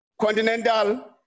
continental